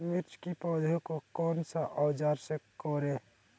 मिर्च की पौधे को कौन सा औजार से कोरे?